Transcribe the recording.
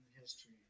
history